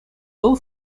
был